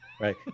Right